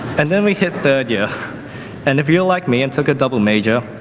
and then we hit third year and if you like me and took a double major,